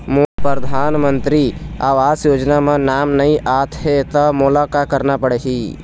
मोर परधानमंतरी आवास योजना म नाम नई आत हे त मोला का करना पड़ही?